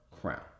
crown